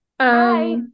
Hi